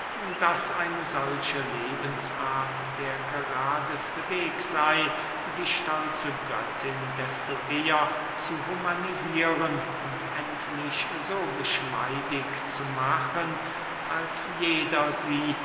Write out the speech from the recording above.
daß eine solche lebensart der geradeste weg sey die stolze göttin desto eher zu humanisieren und endlich so geschmeidig zu machen als jeder sie